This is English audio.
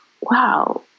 wow